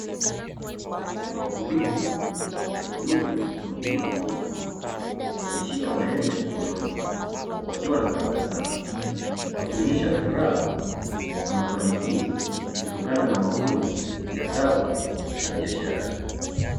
Wakulima wakiume na mwingine wakike wameshika maembe mkononi wakiwa na tabasamu, wakionyesha furaha na mafanikio kutokana na mavuno ya zao la biashara.